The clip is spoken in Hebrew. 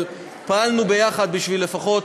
אבל פעלנו ביחד בשביל לפחות